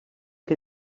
que